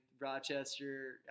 Rochester